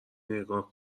نگاه